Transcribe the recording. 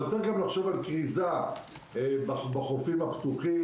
צריך גם לחשוב על כריזה בחופים הפתוחים